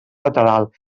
lateral